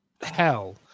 hell